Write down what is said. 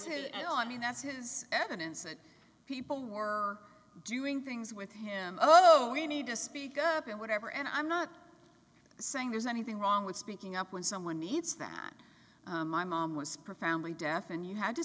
who i mean that's his evidence that people were doing things with him oh you need to speak up or whatever and i'm not saying there's anything wrong with speaking up when someone hits that my mom was profoundly deaf and you had to